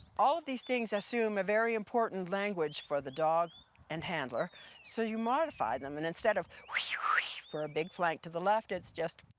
all of these things assume a very important language for the dog and handler so you modify them and instead of for a big flag to the left, it's just